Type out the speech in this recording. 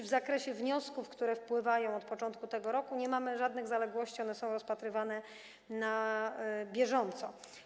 W zakresie wniosków, które wpływają od początku tego roku, nie mamy żadnych zaległości, one są rozpatrywane na bieżąco.